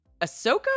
Ahsoka